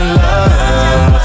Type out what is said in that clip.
love